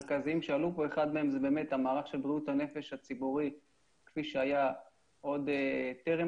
אחד מהם זה מערך בריאות הנפש הציבורי כפי שהיה עוד טרם